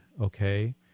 okay